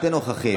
שני נוכחים.